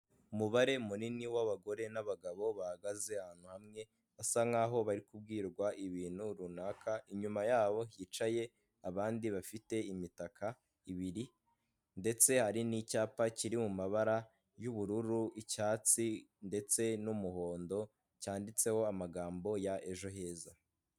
Umubare munini w'abagore n'abagabo bahagaze ahantu hamwe, basa nkaho bari kubwirwa ibintu runaka, inyuma yabo hicaye abandi bafite imitaka ibiri ndetse hari n'icyapa kiri mu mabara y'ubururu, icyatsi ndetse n'umuhondo, cyanditseho amagambo ya ejo heza.